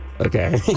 Okay